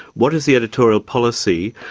what is the editorial policy,